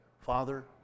Father